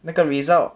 那个 result